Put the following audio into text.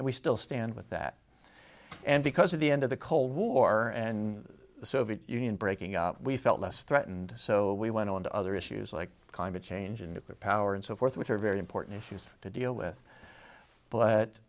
and we still stand with that and because of the end of the cold war and the soviet union breaking up we felt less threatened so we went on to other issues like climate change and power and so forth which are very important issues to deal with but